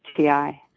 t i.